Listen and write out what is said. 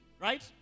right